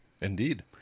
Indeed